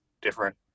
different